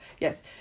yes